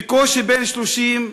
בקושי בן 30,